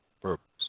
purpose